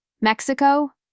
Mexico